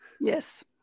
Yes